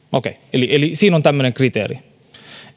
eli eli siinä on tämmöinen kriteeri